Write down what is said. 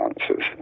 answers